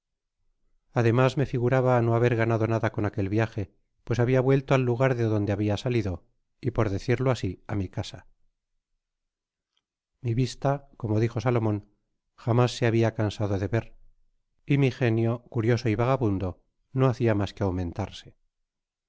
ademas me figuraba no haber ganado nada con aquel viaje pues habia vuelto ai lugar de donde habia salido y por decirlo asi á mi casa mi vista como dijo salomon jamás se habia cansado de ver y mi genio curioso y vagabundo no hacia mas que aumentarse